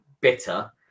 bitter